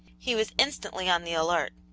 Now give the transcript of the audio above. he was instantly on the alert.